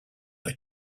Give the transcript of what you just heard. are